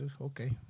okay